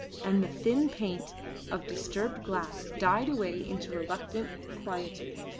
and the thin plaint of disturbed glass died away into reluctant quietude.